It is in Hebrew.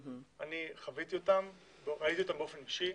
אני חוויתי אותם, ראיתי אותם באופן אישי.